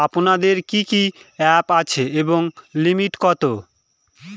আপনাদের কি কি অ্যাপ আছে এবং লিমিট কত?